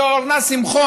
שאורנה שמחון,